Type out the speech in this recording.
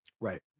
right